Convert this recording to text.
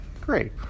great